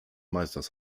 meisters